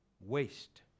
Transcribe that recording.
waste